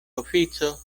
ofico